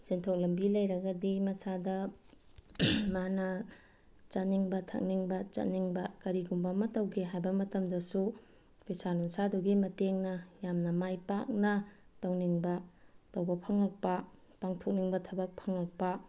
ꯁꯦꯟꯊꯣꯛ ꯂꯝꯕꯤ ꯂꯩꯔꯒꯗꯤ ꯃꯁꯥꯗ ꯃꯥꯅ ꯆꯥꯅꯤꯡꯕ ꯊꯛꯅꯤꯡꯕ ꯆꯠꯅꯤꯡꯕ ꯀꯔꯤꯒꯨꯝꯕ ꯑꯃ ꯇꯧꯒꯦ ꯍꯥꯏꯕ ꯃꯇꯝꯗꯁꯨ ꯐꯤꯁꯥ ꯂꯣꯟꯁꯥꯗꯨꯒꯤ ꯃꯇꯦꯡꯅ ꯌꯥꯝꯅ ꯄꯥꯏ ꯄꯥꯛꯅ ꯇꯧꯅꯤꯡꯕ ꯇꯧꯕ ꯐꯉꯛꯄ ꯄꯥꯡꯊꯣꯛꯅꯤꯡꯕ ꯊꯕꯛ ꯐꯪꯉꯛꯄ